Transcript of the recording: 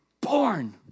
born